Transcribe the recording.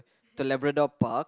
to Labrador-Park